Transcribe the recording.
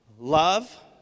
Love